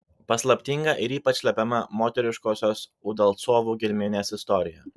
paslaptinga ir ypač slepiama moteriškosios udalcovų giminės istorija